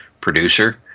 producer